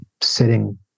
sitting